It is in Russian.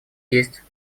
есть